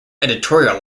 editorial